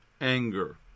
Anger